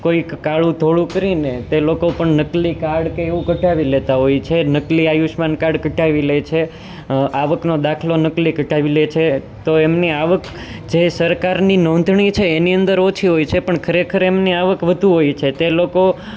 કોઈક કાળું ધોળું કરીન તે લોકો પણ નકલી કાર્ડ કે એવું કઢાવી લેતા હોય છે નકલી આયુષ્માન કાર્ડ કઢાવી લે છે આવકનો દાખલો નકલી કઢાવી લે છે તો એમની આવક જે સરકારની નોંધણી છે એની અંદર ઓછી હોય છે પણ ખરેખર એમની આવક વધુ હોય છે તે લોકો